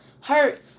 hurt